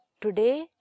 Today